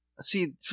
see